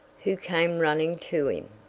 who came running to him.